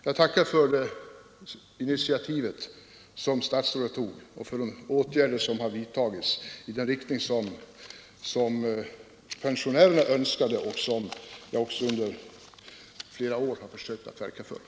Jag tackar för statsrådets initiativ och för de åtgärder som vidtagits i den riktning som pensionärerna önskat och som jag även under flera år har försökt att Nr 27